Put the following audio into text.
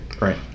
Right